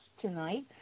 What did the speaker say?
tonight